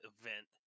event